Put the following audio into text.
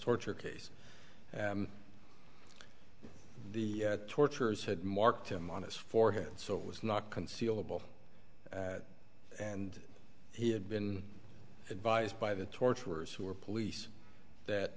torture case the torturers had marked him on his forehead so it was not concealable and he had been advised by the torturers who were police that